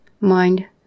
mind